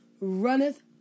runneth